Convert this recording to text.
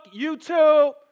YouTube